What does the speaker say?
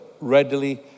readily